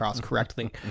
correctly